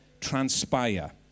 transpire